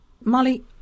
Molly